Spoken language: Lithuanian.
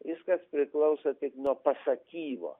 viskas priklauso tik nuo pasakyvo